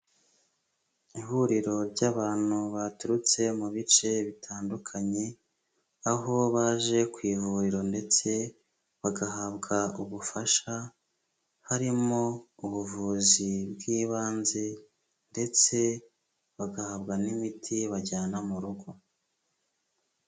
Ihuriro ry'abantu baturutse mu bice bitandukanye, aho baje ku ivuriro ndetse bagahabwa ubufasha, harimo ubuvuzi bw'ibanze, ndetse bagahabwa n'imiti bajyana mu rugo.